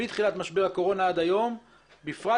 מתחילת משבר הקורונה ועד היום בפרט